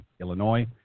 Illinois